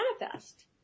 manifest